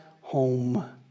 home